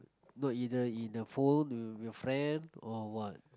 no in the in the phone your friend or what